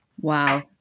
wow